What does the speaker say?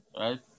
Right